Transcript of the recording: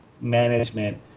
management